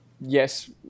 yes